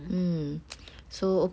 mm so